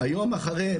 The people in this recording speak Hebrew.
היום שאחרי,